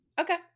Okay